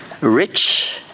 Rich